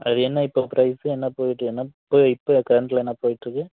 அது என்ன இப்போ ப்ரைஸ் என்ன போயிகிட்டு என்ன இப்போ இப்போ கரண்டில் என்ன போயிட்டுயிருக்கு